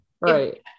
Right